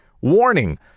warning